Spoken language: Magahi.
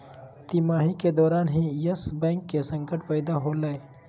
तिमाही के दौरान ही यस बैंक के संकट पैदा होलय